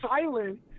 silent